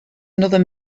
another